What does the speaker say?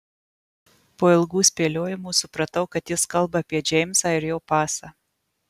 po ilgų spėliojimų supratau kad jis kalba apie džeimsą ir jo pasą